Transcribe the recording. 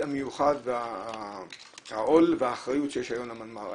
המיוחד והעול והאחריות שיש היום למנמ"ר.